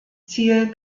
ziel